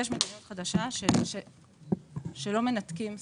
יש מדיניות חדשה שלא מנתקים סתם.